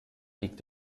liegt